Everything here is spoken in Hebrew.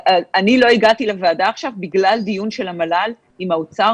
אני לא הגעתי עכשיו לוועדה בגלל דיון של המל"ל עם האוצר